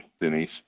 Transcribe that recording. Denise